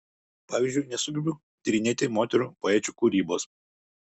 pavyzdžiui nesugebu tyrinėti moterų poečių kūrybos